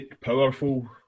powerful